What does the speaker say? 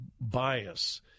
bias